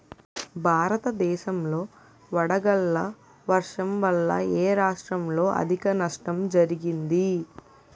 భారతదేశం లో వడగళ్ల వర్షం వల్ల ఎ రాష్ట్రంలో అధిక నష్టం జరిగింది?